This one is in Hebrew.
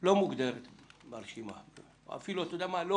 לא מוגדרת ברשימה או אפילו לא מוכרת,